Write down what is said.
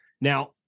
Now